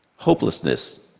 hopelessness,